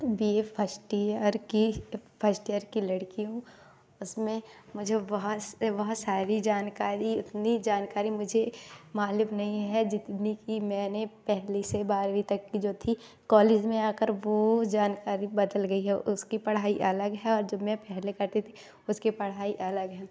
B A first year की first year की लड़की हूँ उसमें मुझे बहुत बहुत सारी जानकारी इतनी जानकारी मुझे मालूम नहीं है जितनी कि मैंने पहली से बारहवीं तक की जो थी कॉलेज में आ कर वह जानकारी बदल गई है उसकी पढ़ाई अलग है और जो मैं पहले करती थी उसकी पढ़ाई अलग हैं